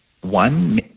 one